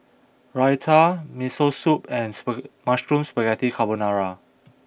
Raita Miso Soup and Mushroom Spaghetti Carbonara